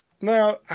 Now